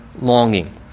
longing